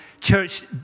Church